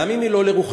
גם אם היא לא לרוחנו,